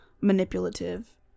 manipulative